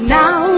now